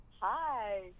Hi